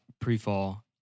Pre-fall